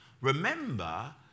Remember